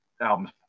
albums